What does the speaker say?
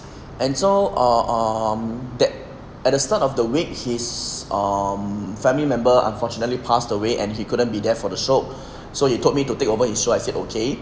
and so err err um that at the start of the week his um family member unfortunately passed away and he couldn't be there for the show so he told me to take over his show I said okay